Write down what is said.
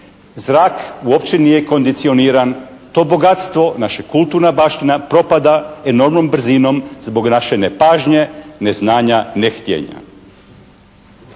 Zrak uopće nije kondicioniran. To bogatstva, naša kulturna baština propada enormnom brzinom zbog naše nepažnje, neznanja, nehtijenja.